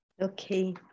Okay